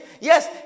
Yes